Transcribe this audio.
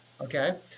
okay